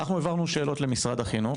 אנחנו העברנו שאלות למשרד החינוך.